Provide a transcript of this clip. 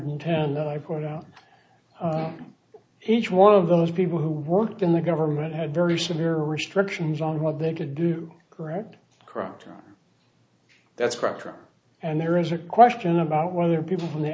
ten then i point out each one of those people who worked in the government had very severe restrictions on what they could do correct crumpton that's correct and there is a question about whether people from the